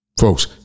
Folks